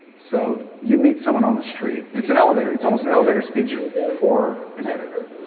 so you meet someone on the street it's an elevator, it's almost an elevator speech for an editor.